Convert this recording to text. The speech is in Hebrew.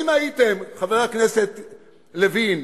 חבר הכנסת לוין,